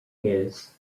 his